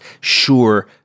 sure